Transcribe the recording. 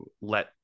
let